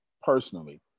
personally